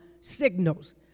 signals